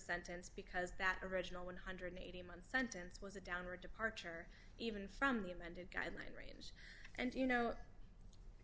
sentence because that original one hundred dollars a month sentence was a downward departure even from the amended guideline range and you know